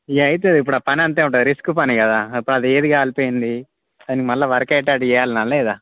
ఇక అవుతుంది ఇప్పుడు ఆ పని అంతే ఉంటుంది రిస్క్ పని కదా ఇప్పుడు అది ఏది కాలిపోయింది దానికి మళ్ళా వర్క్ అయితే అది చెయ్యాల్నా లేదా